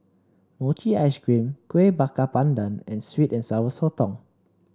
Mochi Ice Cream Kueh Bakar Pandan and sweet and Sour Sotong